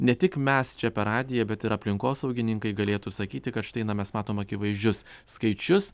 ne tik mes čia per radiją bet ir aplinkosaugininkai galėtų sakyti kad štai na mes matom akivaizdžius skaičius